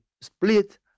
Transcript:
split